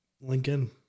Lincoln